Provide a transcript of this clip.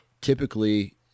typically